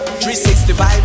365